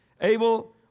Abel